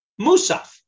Musaf